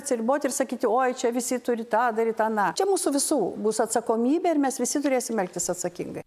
atsiriboti ir sakyti oi čia visi turi tą daryt aną čia mūsų visų bus atsakomybė ir mes visi turėsime elgtis atsakingai